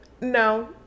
no